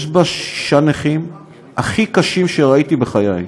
יש שם שישה נכים הכי קשים שראיתי בחיי.